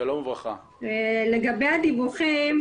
לגבי הדיווחים,